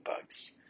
bugs